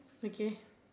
okay